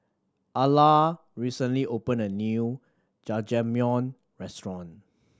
Alla recently opened a new Jajangmyeon Restaurant